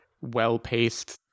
well-paced